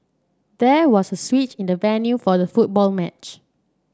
there was a switch in the venue for the football match